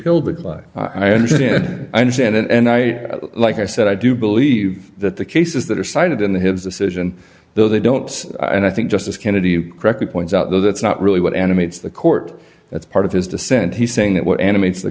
like i understand i understand and i like i said i do believe that the cases that are cited in his decision though they don't and i think justice kennedy correctly points out though that's not really what animates the court that's part of his dissent he's saying that what animates the